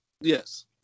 Yes